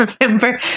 remember